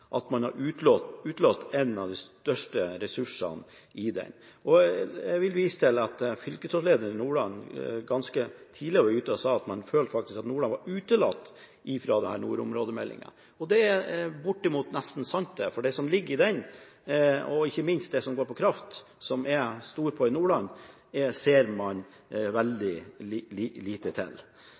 at man har utelatt en av de største ressursene i den. Jeg vil vise til at fylkesrådslederen i Nordland ganske tidlig var ute og sa at man følte at Nordland var utelatt fra denne nordområdemeldingen. Det er bortimot sant, for det som ligger i den, og ikke minst det som går på kraft, som man er stor på i Nordland, ser man veldig lite til. Jeg ser at statsministeren er uenig i dette og viser til